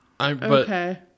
Okay